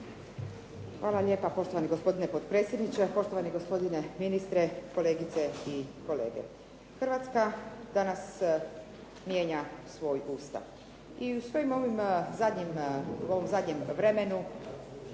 Hvala lijepa poštovani gospodine potpredsjedniče, poštovani gospodine ministre, kolegice i kolege. Hrvatska danas mijenja svoj Ustav i u svojim ovim zadnjim, u